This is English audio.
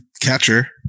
catcher